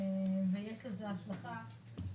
ויש לזה השלכה,